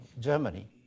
Germany